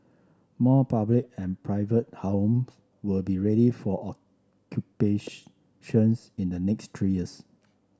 more public and private homes will be ready for in the next three years